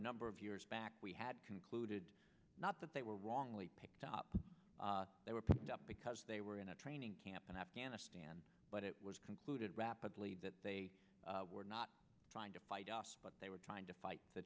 number of years back we had concluded not they were wrongly picked up they were picked up because they were in a training camp in afghanistan but it was concluded rapidly that they were not trying to fight but they were trying to fight the